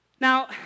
Now